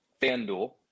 FanDuel